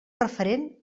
referent